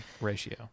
ratio